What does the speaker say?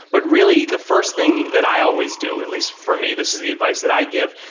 but really, the first thing that i always do at least for me, this is the advice that i give,